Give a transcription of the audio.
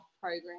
program